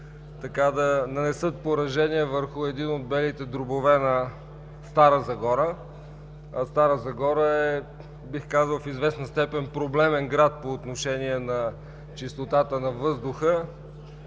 да нанесат поражения върху един от белите дробове на Стара Загора, а Стара Загора е, бих казал, в известна степен проблемен град по отношение на чистотата на въздуха